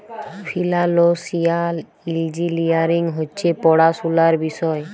financial engineering হছে পড়াশুলার বিষয়